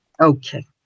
Okay